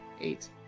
eight